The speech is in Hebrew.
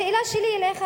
השאלה שלי אליך,